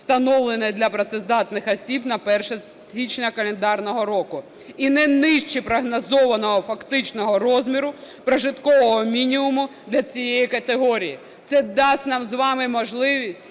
встановленої для працездатних осіб на 1 січня календарного року і не нижче прогнозованого фактичного розміру прожиткового мінімуму для цієї категорії. Це дасть нам з вами можливість